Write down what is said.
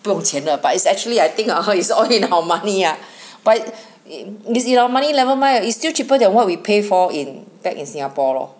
不用钱的 but it's actually I think !huh! it's all in our money ah but it it's in our money never mind you know it's still cheaper than what we pay for in back in Singapore lor